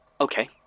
Okay